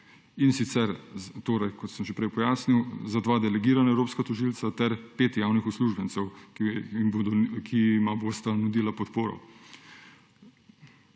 In sicer, kot sem že prej pojasnil, za dva delegirana evropska tožilca ter pet javnih uslužbencev, ki jima bodo nudili podporo.